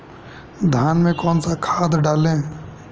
धान में कौन सा खाद डालें?